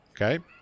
okay